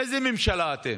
איזו ממשלה אתם,